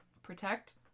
Protect